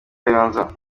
kayonza